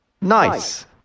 Nice